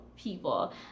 People